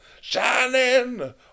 shining